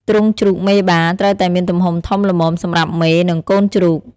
ទ្រុងជ្រូកមេបា ត្រូវតែមានទំហំធំល្មមសម្រាប់មេ និងកូនជ្រូក។